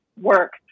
work